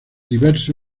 diverso